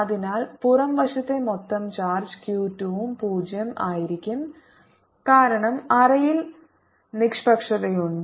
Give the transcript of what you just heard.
അതിനാൽ പുറം വശത്തെ മൊത്തം ചാർജ് Q 2 ഉം പൂജ്യo ആയിരിക്കും കാരണം അറയിൽ നിഷ്പക്ഷതയുണ്ട്